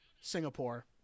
singapore